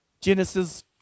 Genesis